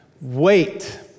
Wait